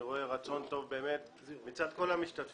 אני רואה רצון טוב מצד כל המשתתפים.